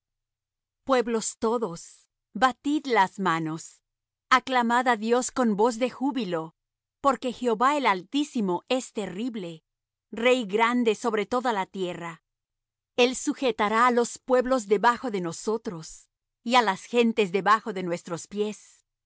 pueblos todos batid las manos aclamad á dios con voz de júbilo porque jehová el altísimo es terrible rey grande sobre toda la tierra el sujetará á los pueblos debajo de nosotros y á las gentes debajo de nuestros pies